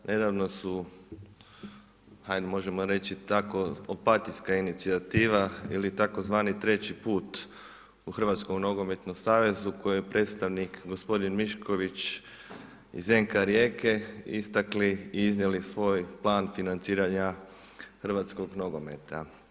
Nedavno su, hajde možemo reći tako opatijska inicijativa ili tzv. treći put u Hrvatskom nogometnom savezu koje je predstavnik gospodin Mišković iz NK Rijeke istakli i iznijeli svoj plan financiranja hrvatskog nogometa.